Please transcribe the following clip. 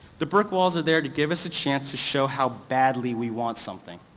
the brick walls are there to give us a chance to show how badly we want something.